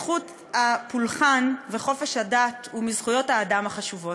זכות הפולחן וחופש הדת הם מזכויות האדם החשובות.